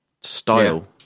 style